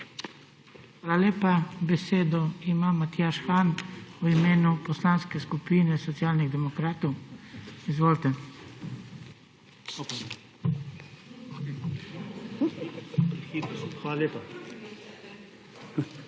Hvala lepa. Besedo ima Matjaž Han v imenu Poslanske skupine Socialnih demokratov. Izvolite. MATJAŽ